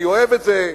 אני אוהב את זה,